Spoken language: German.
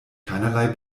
keinerlei